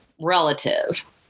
relative